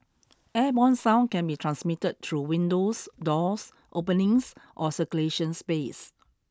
airborne sound can be transmitted through windows doors openings or circulation space